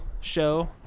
show